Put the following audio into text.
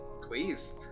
please